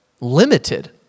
limited